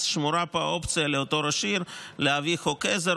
אז שמורה פה האופציה לאותו ראש עיר להביא חוק עזר.